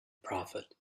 prophet